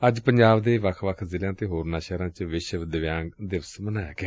ਅੱਜ ਪੰਜਾਬ ਦੇ ਵੱਖ ਜ਼ਿਲ਼ਿਆਂ ਅਤੇ ਹੋਰਨਾਂ ਸ਼ਹਿਰਾਂ ਚ ਵਿਸ਼ਵ ਦਿਵਿਆਂਗ ਦਿਵਸ ਮਨਾਇਆ ਗਿਆ